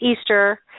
Easter